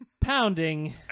Pounding